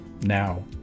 now